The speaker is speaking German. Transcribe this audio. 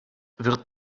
wird